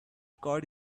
record